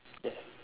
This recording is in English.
yes